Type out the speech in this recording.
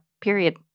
period